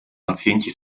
pacienti